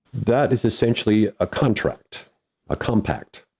that is essentially a contract a compact,